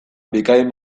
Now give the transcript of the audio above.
bikain